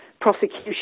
prosecution